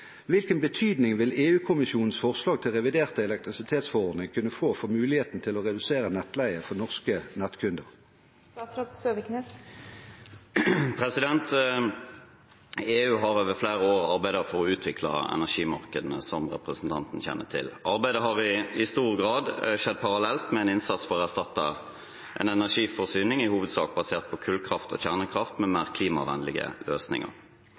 Hvilken betydning vil EU-kommisjonens forslag til revidert elektrisitetsforordning kunne få for muligheten til å redusere nettleien for norske nettkunder?» EU har over flere år arbeidet for å utvikle energimarkedene, som representanten kjenner til. Arbeidet har i stor grad skjedd parallelt med en innsats for å erstatte en energiforsyning i hovedsak basert på kullkraft og kjernekraft med mer klimavennlige løsninger.